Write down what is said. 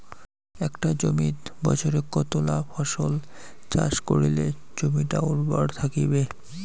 একটা জমিত বছরে কতলা ফসল চাষ করিলে জমিটা উর্বর থাকিবে?